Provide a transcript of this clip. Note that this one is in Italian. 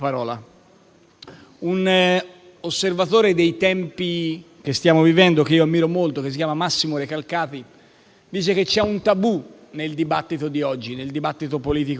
Un osservatore dei tempi che stiamo vivendo che io ammiro molto, che si chiama Massimo Recalcati, sostiene che c'è un tabù nel dibattito politico di oggi.